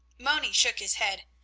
moni shook his head.